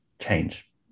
change